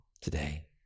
today